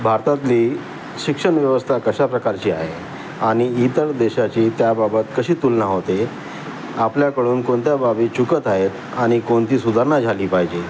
भारतातली शिक्षणव्यवस्था कशा प्रकारची आहे आणि इतर देशाची त्याबाबत कशी तुलना होते आपल्याकडून कोणत्या बाबी चुकत आहेत आणि कोणती सुधारणा झाली पाहिजे